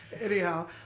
Anyhow